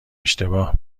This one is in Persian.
اشتباه